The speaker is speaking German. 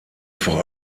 vor